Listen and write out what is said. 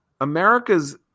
America's